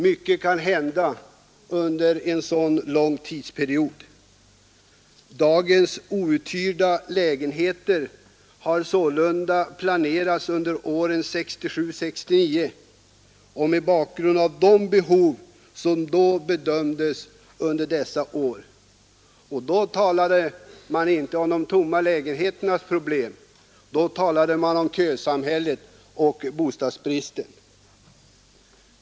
Mycket kan hända under en så pass lång tidsperiod. Dagens outhyrda lägenheter har sålunda planerats under åren 1967—1969 mot bakgrund av det behov som då bedömdes föreligga. Då talade man inte om de tomma lägenheternas problem, utan då talade man om kösamhället och bostadsbristen.